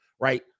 Right